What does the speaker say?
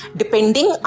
depending